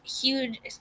huge